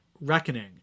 reckoning